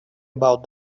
about